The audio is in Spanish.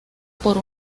por